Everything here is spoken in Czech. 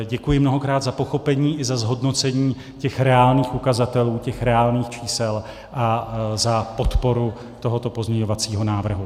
Děkuji mnohokrát za pochopení i za zhodnocení těch reálných ukazatelů, reálných čísel, a za podporu tohoto pozměňovacího návrhu.